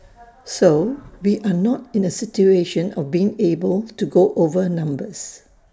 so we are not in A situation of being able to go over numbers